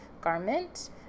garment